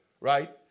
right